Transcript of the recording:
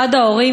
אחד ההורים,